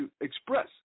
express